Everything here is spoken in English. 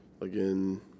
Again